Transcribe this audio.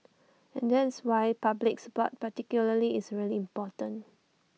and that is why public support particularly is really important